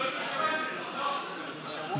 של חברי הכנסת יצחק הרצוג וציפי לבני לסעיף 1 לא נתקבלה.